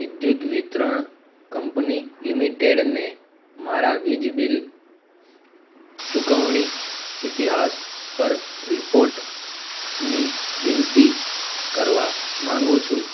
વિદ્યુત વિતરણ કંપની લિમિટેડને મારા વીજ બિલ ચૂકવણી ઇતિહાસ પર રિપોર્ટની વિનંતી કરવા માંગુ છું